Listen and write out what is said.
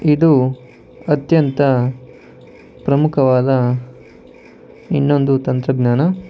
ಇದು ಅತ್ಯಂತ ಪ್ರಮುಖವಾದ ಇನ್ನೊಂದು ತಂತ್ರಜ್ಞಾನ